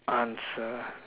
answer